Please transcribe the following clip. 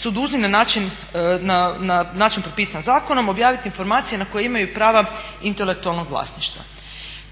su dužni na način propisan zakonom objaviti informacije na koje imaju prava intelektualnog vlasništva.